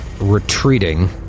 retreating